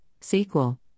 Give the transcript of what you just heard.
SQL